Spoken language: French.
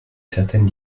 certaine